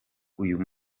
uyu